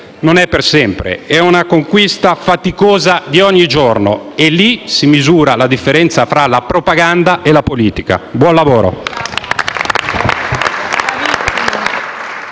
non è per sempre; è una conquista faticosa di ogni giorno ed è lì che si misura la differenza tra la propaganda e la politica. Buon lavoro.